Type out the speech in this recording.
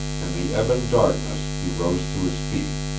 in the ebon darkness he rose to his feet,